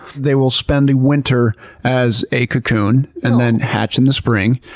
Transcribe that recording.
they will spend the winter as a cocoon and then hatch in the spring.